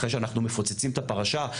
אחרי שאנחנו מפוצצים את הפרשה,